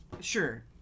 Sure